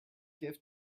gift